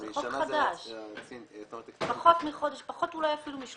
בדיון הקודם אתה לא אהבת את זה שהנהלים